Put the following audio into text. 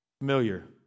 familiar